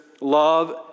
love